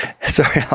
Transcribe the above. sorry